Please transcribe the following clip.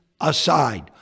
aside